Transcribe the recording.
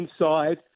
inside